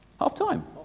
Half-time